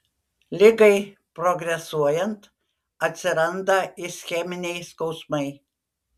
ligai progresuojant atsiranda ischeminiai skausmai